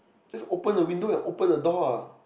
just open the window and open the door lah